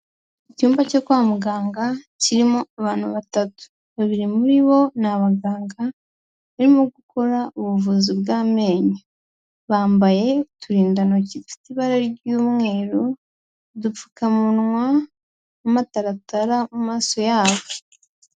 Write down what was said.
Icyumba cyo kwa muganga, kirimo abantu batatu. Babiri muri bo, ni abaganga barimo gukora ubuvuzi bw'amenyo. Bambaye uturindantoki dufite ibara ry'umweru, udupfukamunwa n'amataratara mu maso yabo.